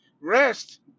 Rest